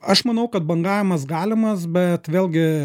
aš manau kad bangavimas galimas bet vėlgi